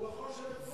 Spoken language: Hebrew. הוא יכול לשבת פה.